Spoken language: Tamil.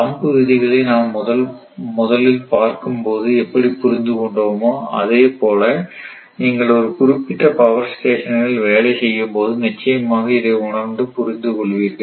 தம்ப் விதிகளை நாம் முதல் முதல் பார்க்கும் போது எப்படி புரிந்து கொண்டோமா அதேபோல் நீங்கள் ஒரு குறிப்பிட்ட பவர் ஸ்டேஷனில் வேலை செய்யும் போது நிச்சயமாக இதை உணர்ந்து புரிந்து கொள்வீர்கள்